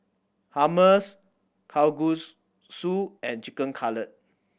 Hummus Kalguksu and Chicken Cutlet